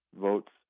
votes